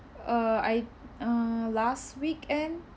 uh I uh last weekend